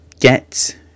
get